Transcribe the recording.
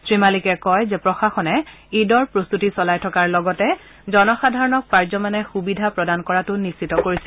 শ্ৰী মালিকে কয় যে প্ৰশাসনে ঈদৰ প্ৰস্ত্বতি চলাই থকাৰ লগতে জনসাধাৰণক পাৰ্যমানে সুবিধা প্ৰদান কৰাটো নিশ্চিত কৰিছে